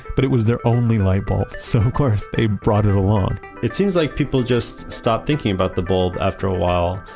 but it was their only light bulb. so of course they brought it along it seems like people just stop thinking about the bulb after a while.